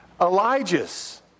Elijah's